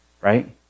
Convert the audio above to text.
right